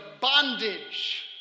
bondage